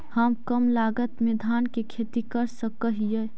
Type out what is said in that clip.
हम कम लागत में धान के खेती कर सकहिय?